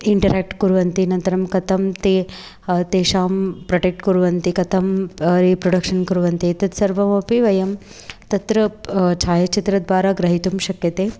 interact कुर्वन्ति अनन्तरं कथं ते तेषां प्रोटेक्ट् कुर्वन्ति कथं प रीप्रोडक्शन् कुर्वन्ति तत्सर्वमपि वयं तत्र छायाचित्रद्वारा ग्रहीतुं शक्यते